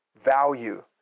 value